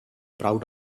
proud